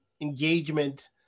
engagement